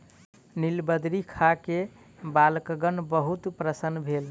नीलबदरी खा के बालकगण बहुत प्रसन्न भेल